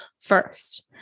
first